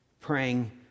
praying